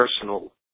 personal